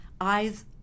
eyes